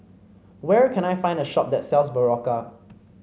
where can I find a shop that sells Berocca